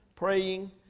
Praying